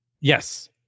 Yes